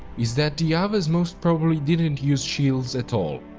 is that the avars most probably didn't use shields at all.